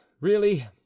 Really